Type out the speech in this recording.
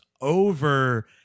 over